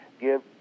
give